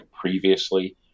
previously